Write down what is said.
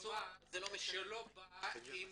כלומר שלא בא עם